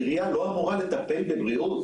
העירייה לא אמורה לטפל בבריאות